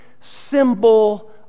symbol